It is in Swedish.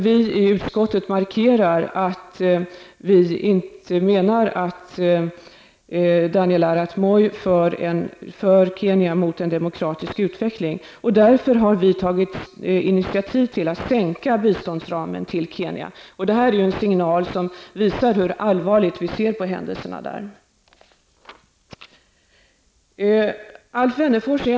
Vi i utskottet vill markera vår uppfattning att Daniel Arat Moy inte för Kenya mot en demokratisk utveckling. Därför har vi tagit initiativ till att sänka biståndsramen för Kenya. Detta är en signal som visar hur allvarligt vi ser på händelserna där.